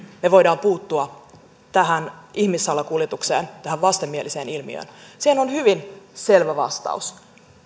me voimme puuttua tähän ihmissalakuljetukseen tähän vastenmieliseen ilmiöön siihen on hyvin selvä vastaus